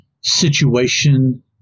situation